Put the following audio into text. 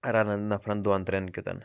رَنَن نفرَن دۄن ترٛیٚن کیٛوت